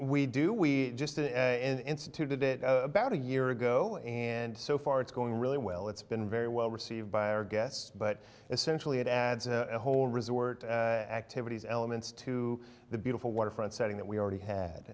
we do we just instituted it about a year ago and so far it's going really well it's been very well received by our guests but essentially it adds a whole resort activities elements to the beautiful waterfront setting that we already